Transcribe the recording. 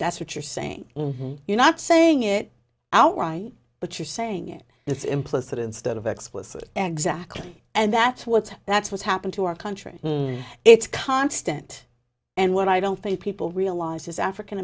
that's what you're saying you're not saying it outright but you're saying it it's implicit instead of exploits it exactly and that's what's that's what's happened to our country and it's constant and what i don't think people realize is african